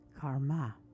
karma